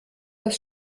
das